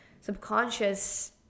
subconscious